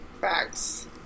Facts